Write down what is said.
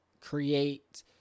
create